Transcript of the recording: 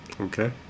okay